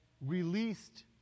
released